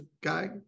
guy